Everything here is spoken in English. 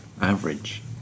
average